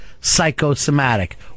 psychosomatic